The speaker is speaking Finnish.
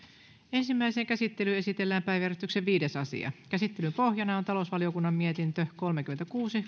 ensimmäiseen käsittelyyn esitellään päiväjärjestyksen viides asia käsittelyn pohjana on talousvaliokunnan mietintö kolmekymmentäkuusi